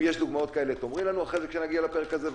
אם יש דוגמאות כאלה תאמרי לנו אחרי זה כשנגיע לפרק הזה,